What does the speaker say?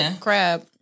crab